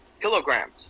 kilograms